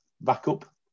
backup